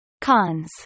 Cons